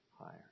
higher